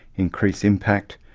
increase impact,